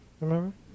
Remember